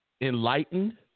enlightened